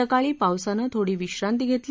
सकाळी पावसानं थोडी विश्रांती घेतली